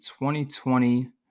2020